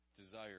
desire